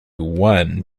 one